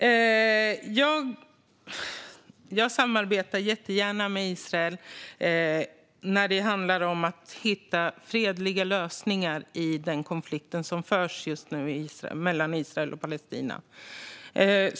Herr talman! Jag samarbetar jättegärna med Israel när det handlar om att hitta fredliga lösningar i den konflikt som pågår just nu mellan Israel och Palestina.